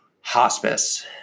hospice